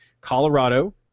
Colorado